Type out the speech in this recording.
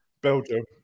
Belgium